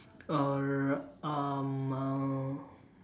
or um